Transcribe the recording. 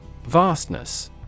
Vastness